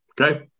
Okay